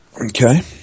Okay